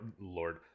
lord